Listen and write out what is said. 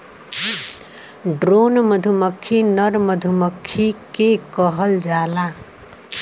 drone मधुमक्खी नर मधुमक्खी के कहल जाला